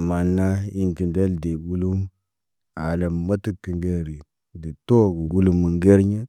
Maana in tə ndel deb ɓulu. Ala matak kə ŋgeri, diktor ŋgulu mə ŋgeriɲa.